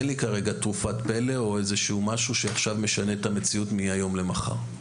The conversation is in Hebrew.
אין לי כרגע תרופת פלא או משהו שמשנה את המציאות מהיום למחר.